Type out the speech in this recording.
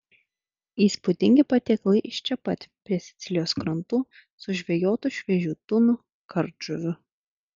įspūdingi patiekalai iš čia pat prie sicilijos krantų sužvejotų šviežių tunų kardžuvių